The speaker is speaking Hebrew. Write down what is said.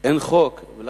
רק